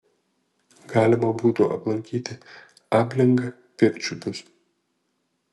galima būtų aplankyti ablingą pirčiupius